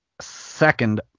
Second